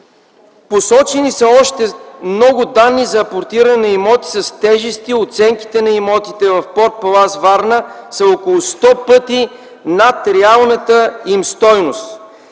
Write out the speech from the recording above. Посочени са още много данни за апортиране на имоти с тежести и оценките на имотите в „Порт Палас” – Варна, са около 100 пъти над реалната им стойност.